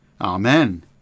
Amen